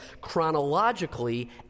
chronologically